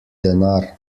denar